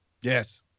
Yes